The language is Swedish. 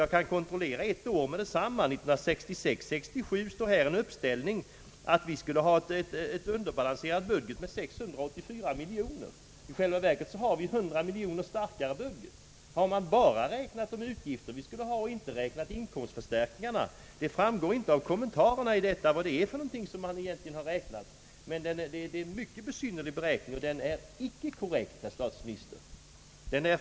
Jag kan omedelbart kontrollera siffrorna för ett år, nämligen för 1966/67. För det året finns en uppställning, som visar, att budgeten enligt våra förslag skulle vara underbalanserad med 684 miljoner kronor. I själva verket har vi föreslagit en budget som är 100 miljoner starkare. Har man bara räknat de utgifter som skulle bli följden och inte tagit med inkomstförstärkningar? Det framgår inte av kommentarerna vad man har räknat med, men det är en besynnerlig beräkning, den är icke korrekt, herr statsminister.